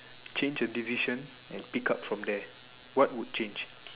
change a decision and pick up from there what would change